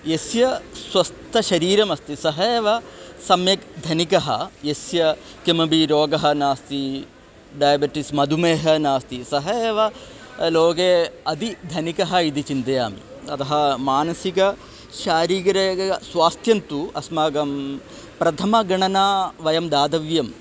यस्य स्वस्थं शरीरमस्ति सः एव सम्यक् धनिकः यस्य किमपि रोगः नास्ति डैबिटीस् मधुमेहः नास्ति सः एव लोके अधिकः धनिकः इति चिन्तयामि अतः मानसिकं शारीरिकं स्वास्थ्यं तु अस्माकं प्रथमगणना वयं दातव्यम्